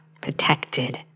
protected